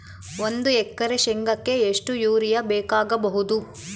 ಒಂದು ಎಕರೆ ಶೆಂಗಕ್ಕೆ ಎಷ್ಟು ಯೂರಿಯಾ ಬೇಕಾಗಬಹುದು?